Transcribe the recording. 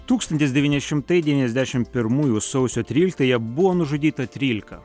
tūkstantis devyni šimtai devyniasdešimt pirmųjų sausio tryliktąją buvo nužudyta trylika